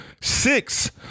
Six